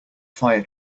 fire